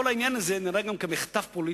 כל העניין הזה נראה גם כמחטף פוליטי,